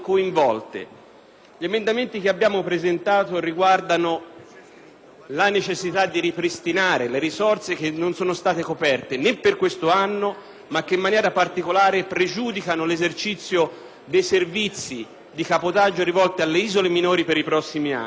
la necessità di ripristinare le risorse che non sono state coperte per quest'anno, ma che in maniera particolare pregiudicano l'esercizio dei servizi di cabotaggio rivolti alle isole minori per i prossimi anni. Vogliamo sottolineare questi emendamenti